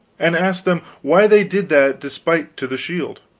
and asked them why they did that despite to the shield.